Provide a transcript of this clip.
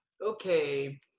okay